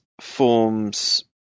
forms